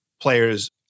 players